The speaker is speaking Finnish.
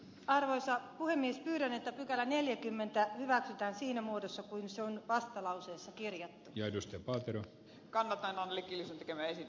arvoisa puhemies pyydän että neljäkymmentä hyväksytään siinä muodossa kuin se on vastalause satiiria ja edusti walter kanada on liki käväisi